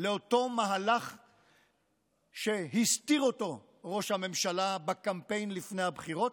לאותו מהלך שהסתיר אותו ראש הממשלה בקמפיין לפני הבחירות.